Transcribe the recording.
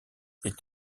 est